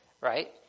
right